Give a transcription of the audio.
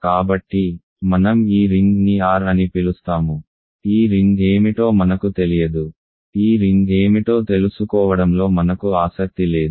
కాబట్టి మనం ఈ రింగ్ ని R అని పిలుస్తాము ఈ రింగ్ ఏమిటో మనకు తెలియదు ఈ రింగ్ ఏమిటో తెలుసుకోవడంలో మనకు ఆసక్తి లేదు